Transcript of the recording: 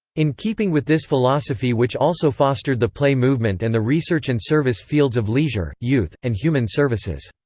in keeping with this philosophy which also fostered the play movement and the research and service fields of leisure, youth, and human services.